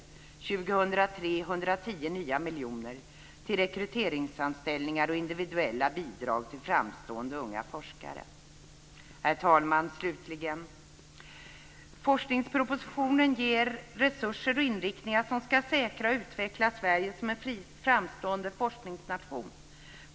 År 2003 finns 110 nya miljoner till rekryteringsanställningar och individuella bidrag till framstående unga forskare. Herr talman! Forskningspropositionen ger resurser och inriktningar som ska säkra och utveckla Sverige som framstående forskningsnation.